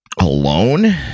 Alone